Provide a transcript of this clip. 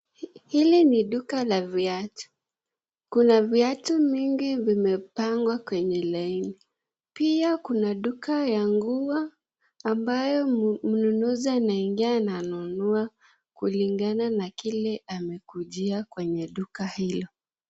Hili ni duka la viatu, kuna viatu mingi vimepangwa kwenye laini, pia kuna duka ya nguo, ambayo mnunuzi anaingia ananunua, kulingana na kile amekujia kwenye duka hili.